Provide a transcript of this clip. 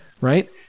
right